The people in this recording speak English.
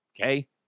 Okay